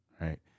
Right